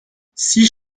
six